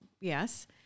yes